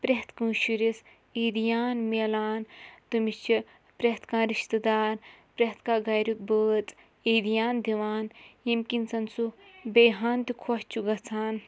پرٛیٚتھ کٲنٛسہِ شُرِس عیٖدِیان میلان تٔمِس چھِ پرٛیٚتھ کانٛہہ رِشتہٕ دار پرٛیٚتھ کانٛہہ گَریُک بٲژ عیٖدِیان دِوان ییٚمہِ کِنۍ زَن سُہ بیٚیہِ ہان تہِ خۄش چھُ گژھان